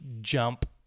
jump